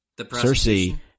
Cersei